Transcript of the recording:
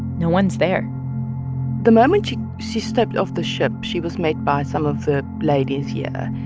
no one's there the moment she she stepped off the ship, she was met by some of the ladies here.